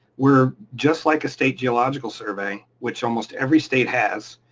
we're just like a state geological survey which almost every state has